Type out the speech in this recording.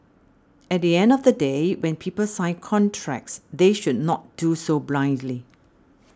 at the end of the day when people sign contracts they should not do so blindly